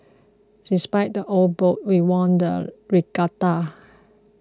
despite the old boat we won the regatta